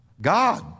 God